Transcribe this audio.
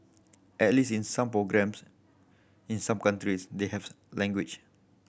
at least in some programmes in some countries they have language